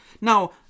Now